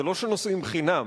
זה לא שנוסעים חינם,